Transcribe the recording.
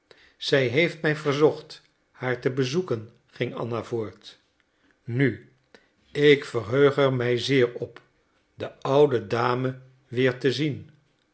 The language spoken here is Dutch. zij heeft mij verzocht haar te bezoeken ging anna voort nu ik verheug er mij zeer op de oude dame weer te zien